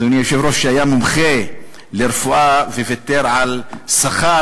אדוני היושב-ראש היה מומחה לרפואה וויתר על שכר